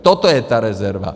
Toto je ta rezerva.